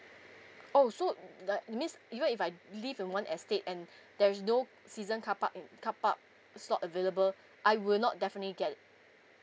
oh so that it means even if I live in one estate and there is no season car park and car park is not available I will not definitely get it